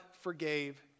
forgave